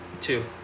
Two